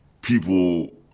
people